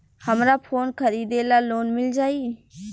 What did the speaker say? हमरा फोन खरीदे ला लोन मिल जायी?